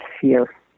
Fear